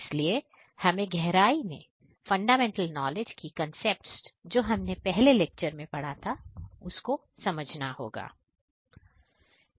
इसीलिए हमें गहराई में फंडामेंटल नॉलेज की कॉन्सेप्ट्स जो हमने पहले लेक्चर में पढ़ा था उसको समझना होगा